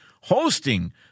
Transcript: hosting